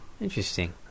interesting